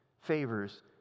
favors